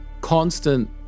constant